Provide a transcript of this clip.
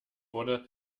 wurde